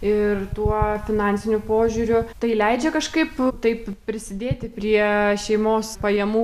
ir tuo finansiniu požiūriu tai leidžia kažkaip taip prisidėti prie šeimos pajamų